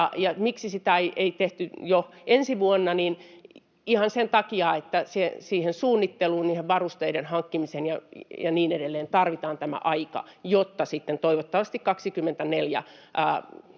Miksi sitä ei tehty jo ensi vuonna: ihan sen takia, että siihen suunnitteluun, niiden varusteiden hankkimiseen ja niin edelleen tarvitaan tämä aika, jotta sitten toivottavasti vuonna